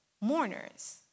mourners